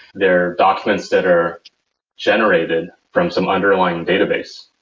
they're documents that are generated from some underlying database.